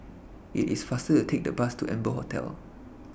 IT IS faster to Take The Bus to Amber Hotel